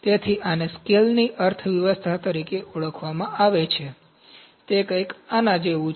તેથી આને સ્કેલની અર્થવ્યવસ્થા તરીકે ઓળખવામાં આવે છે તે કંઈક આના જેવું છે